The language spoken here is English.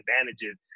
advantages